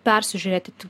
persižiūrėti tik